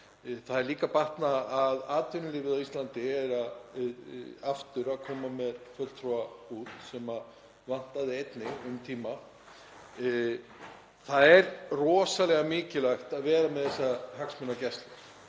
Það er líka að batna varðandi atvinnulífið á Íslandi, það er aftur að koma með fulltrúa út sem vantaði einnig um tíma. Það er rosalega mikilvægt að vera með þessa hagsmunagæslu